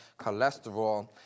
cholesterol